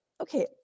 okay